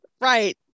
Right